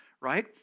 right